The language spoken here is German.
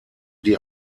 die